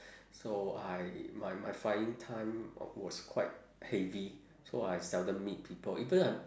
so I my my flying time was quite heavy so I seldom meet people even I